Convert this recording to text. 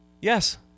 Yes